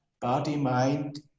body-mind